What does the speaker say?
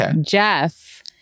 Jeff